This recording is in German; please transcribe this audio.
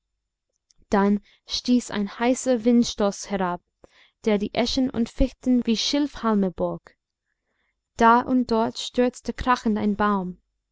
dann stieß ein heißer windstoß herab der die eschen und fichten wie schilfhalme bog da und dort stürzte krachend ein baum